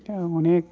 दा अनेख